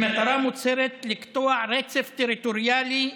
במטרה מוצהרת לקטוע רצף טריטוריאלי,